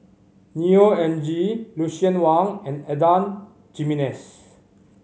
Neo Anngee Lucien Wang and Adan Jimenez